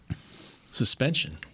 Suspension